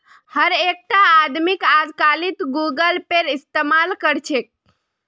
हर एकटा आदमीक अजकालित गूगल पेएर इस्तमाल कर छेक